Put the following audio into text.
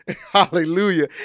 Hallelujah